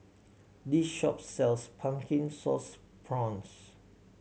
this shop sells Pumpkin Sauce Prawns